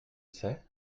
sais